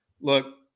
look